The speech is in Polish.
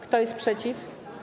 Kto jest przeciw?